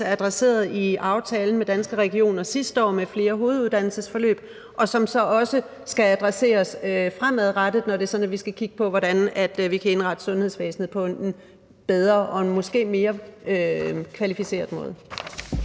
adresseret i aftalen med Danske Regioner sidste år med flere hoveduddannelsesforløb, og fremadrettet skal den også adresseres, når vi skal kigge på, hvordan vi kan indrette sundhedsvæsenet på en bedre og en måske mere kvalificeret måde.